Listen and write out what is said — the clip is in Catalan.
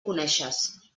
coneixes